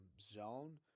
zone